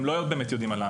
הם לא באמת יודעים.